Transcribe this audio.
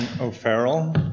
O'Farrell